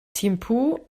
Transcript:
thimphu